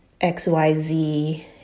xyz